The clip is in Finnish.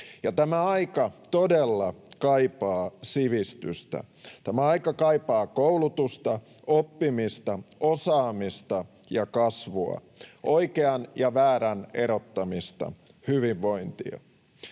tämä aika todella kaipaa sivistystä. Tämä aika kaipaa koulutusta, oppimista, osaamista ja kasvua, oikean ja väärän erottamista, hyvinvointia.